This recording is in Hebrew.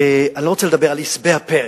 ואני לא רוצה לדבר על עשבי הפרא